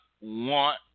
want